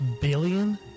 Billion